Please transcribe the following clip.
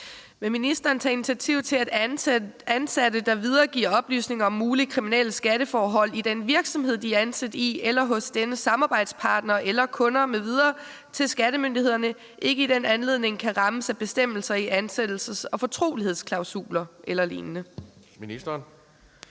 Vil ministeren tage initiativ til, at ansatte, der videregiver oplysninger om mulige kriminelle skatteforhold i den virksomhed, de er ansat i, eller hos dennes samarbejdspartnere eller kunder m.v. til skattemyndighederne, ikke i den anledning kan rammes af bestemmelser i ansættelses- og fortrolighedsklausuler el.lign.? Kl.